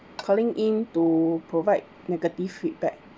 calling in to provide negative feedback